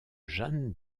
jeanne